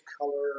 color